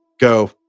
Go